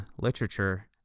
literature